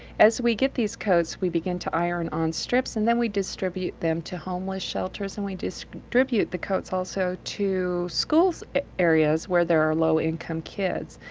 as we get these coats we begin to iron on strips, and then we distribute them to homeless shelters and distribute the coats also to schools in areas where there are low-income kids.